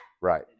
Right